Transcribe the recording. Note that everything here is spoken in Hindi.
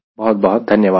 बहुत बहुत धन्यवाद